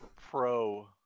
pro